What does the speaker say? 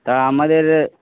তা আমাদের